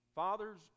Fathers